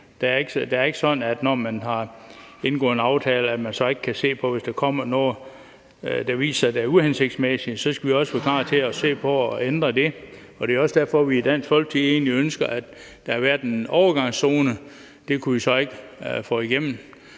Det er ikke sådan, når man har indgået en aftale, at man så ikke kan se på det. Hvis der kommer noget, der viser sige at være uhensigtsmæssigt, så skal vi også være klar til at se på at ændre det. Det er også derfor, vi i Dansk Folkeparti egentlig ønskede, at der havde været en overgangszone. Det kunne vi så ikke få igennem.